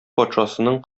патшасының